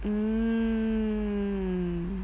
um